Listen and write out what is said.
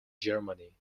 germany